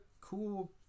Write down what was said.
cool